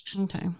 okay